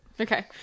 Okay